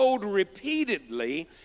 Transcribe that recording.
repeatedly